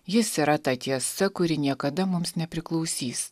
jis yra ta tiesa kuri niekada mums nepriklausys